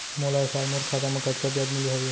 मोला ए साल मोर खाता म कतका ब्याज मिले हवये?